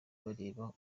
bareba